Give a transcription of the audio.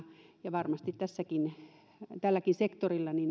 ja varmasti tälläkin sektorilla